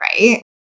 right